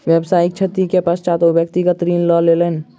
व्यावसायिक क्षति के पश्चात ओ व्यक्तिगत ऋण लय लेलैन